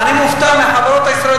אני מופתע מהחברות הישראליות.